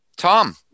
Tom